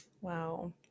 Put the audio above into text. Wow